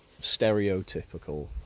stereotypical